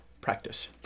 practice